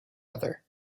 other